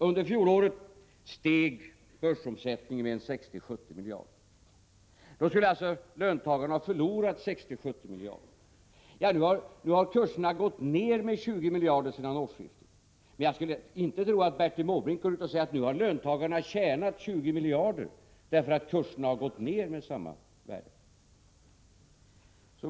Under fjolåret ökade börsens omsättning med 60—70 miljarder. Då skulle löntagarna alltså ha förlorat 60-70 miljarder. Nu har kurserna gått ned med 20 miljarder sedan årsskiftet. Men jag skulle inte tro att Bertil Måbrink går ut och säger att löntagarna nu har tjänat 20 miljarder därför att kurserna har gått ned med samma värde.